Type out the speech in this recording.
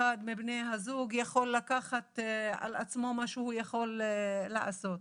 מבני הזוג יכול לקחת על עצמו מה שהוא יכול לעשות.